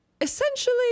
essentially